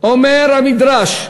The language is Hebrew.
אומר המדרש,